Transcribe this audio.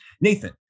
Nathan